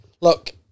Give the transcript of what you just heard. Look